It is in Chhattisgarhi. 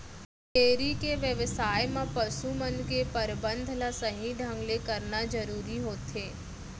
डेयरी के बेवसाय म पसु मन के परबंध ल सही ढंग ले करना जरूरी होथे